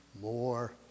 more